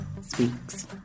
speaks